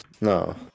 No